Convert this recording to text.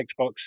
xbox